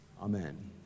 Amen